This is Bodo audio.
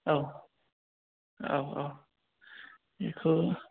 औ औ औ बिखौ